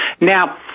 Now